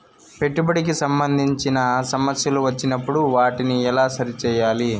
పెట్టుబడికి సంబంధించిన సమస్యలు వచ్చినప్పుడు వాటిని ఎలా సరి చేయాలి?